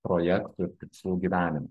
projektų ir tikslų gyvenime